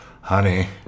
honey